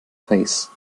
face